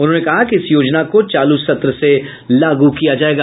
उन्होंने कहा कि इस योजना को चालू सत्र से लागू किया जायेगा